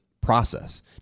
process